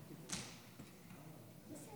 אני באמת רוצה לומר תודה גדולה לרב רפי,